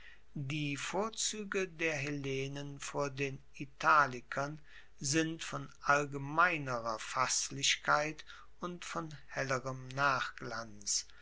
die vorzuege der hellenen vor den italikern sind von allgemeinerer fasslichkeit und von hellerem nachglanz